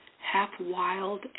half-wild